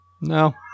No